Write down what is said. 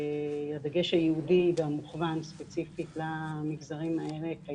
הדגש ייעודי ומכוון ספציפית למגזרים האלה.